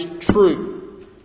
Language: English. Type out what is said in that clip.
true